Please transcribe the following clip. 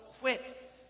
quit